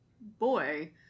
boy